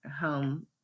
home